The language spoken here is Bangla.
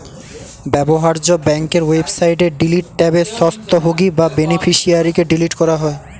ব্যবহার্য ব্যাংকের ওয়েবসাইটে ডিলিট ট্যাবে স্বত্বভোগী বা বেনিফিশিয়ারিকে ডিলিট করা যায়